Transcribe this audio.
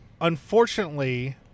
unfortunately